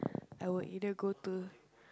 I would either go to